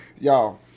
Y'all